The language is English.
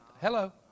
Hello